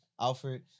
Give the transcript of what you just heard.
Alfred